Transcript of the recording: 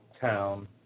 town